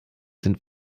sind